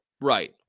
Right